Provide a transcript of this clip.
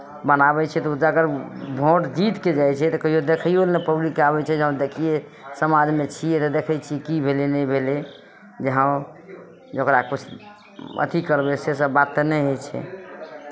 बनाबै छै तऽ ओ अगर भोट जीत कऽ जाइ छै तऽ कहियो देखैओ लेल नहि पब्लिककेँ आबै छै जे हँ देखियै समाजमे छियै तऽ देखै छियै की भेलै नहि भेलै जे हँ जे ओकरा अथी करबै सेसभ बात तऽ नहि होइ छै